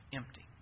empty